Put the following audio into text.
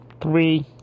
three